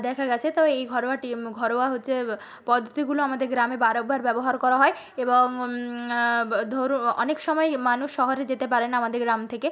দেখা গেছে তো এই ঘরোয়া টিম ঘরোয়া হচ্ছে পদ্ধতিগুলো আমাদের গ্রামে বারবার ব্যবহার করা হয় এবং অনেক সময় মানুষ শহরে যেতে পারে না আমাদের গ্রাম থেকে